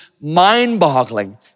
mind-boggling